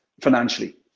financially